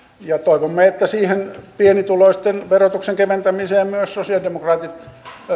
toivomme että siihen pienituloisten verotuksen keventämiseen myös sosialidemokraatit